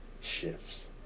shifts